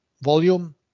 volume